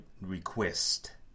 Request